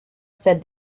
said